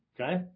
Okay